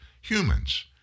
humans